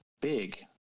big